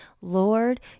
Lord